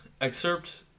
excerpt